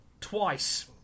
twice